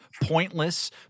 pointless